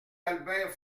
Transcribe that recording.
albert